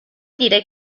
dire